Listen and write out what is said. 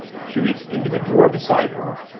she reached into the drawer beside her,